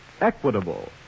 Equitable